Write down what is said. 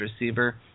receiver